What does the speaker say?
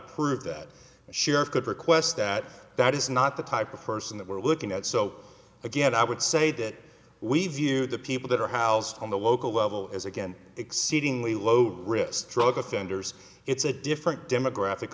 approve that sheriff could request that that is not the type of person that we're looking at so again i would say that we view the people that are housed on the local level as again exceedingly low risk drug offenders it's a different demographic